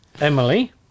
Emily